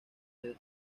ltd